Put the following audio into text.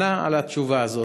שהיה אפשר למנוע אותו,